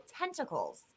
tentacles